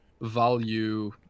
value